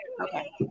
okay